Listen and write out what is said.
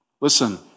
Listen